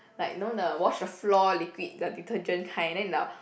like you know the wash the floor liquid the detergent kind then the